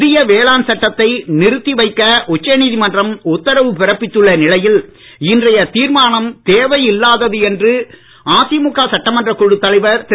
புதிய வேளாண் சட்டத்தை நிறுத்தி வைக்க உச்சநீதிமன்றம் உத்தரவு பிறப்பித்துள்ள நிலையில் இன்றைய தீர்மானம் தேவையில்லாதது என்று அதிமுக சட்டமன்றக் குழு தலைவர் திரு